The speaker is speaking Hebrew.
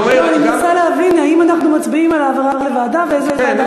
אני מנסה להבין אם אנחנו מצביעים על העברה לוועדה ולאיזו ועדה.